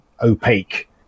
opaque